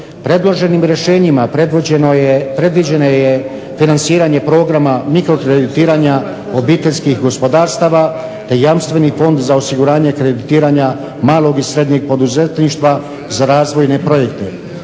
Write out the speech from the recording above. Predloženim rješenjima predviđeno je financiranje programa mikrokreditiranja obiteljskih gospodarstava, te jamstveni fond za osiguranje kreditiranja malog i srednjeg poduzetništva, za razvojne projekte.